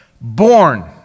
born